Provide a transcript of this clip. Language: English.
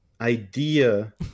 idea